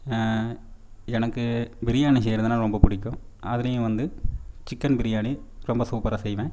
எனக்கு பிரியாணி செய்கிறதுன்னா ரொம்ப பிடிக்கும் அதுலேயும் வந்து சிக்கன் பிரியாணி ரொம்ப சூப்பராக செய்வேன்